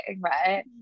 right